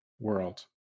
world